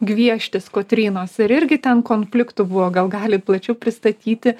gvieštis kotrynos ir irgi ten konfliktų buvo gal galit plačiau pristatyti